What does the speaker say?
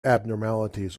abnormalities